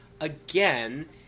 again